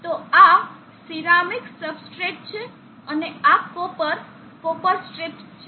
તો આ ceramic substrate છે અને આ કોપર કોપર સ્ટ્રીપ્સ છે